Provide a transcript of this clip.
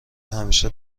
همیشه